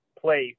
place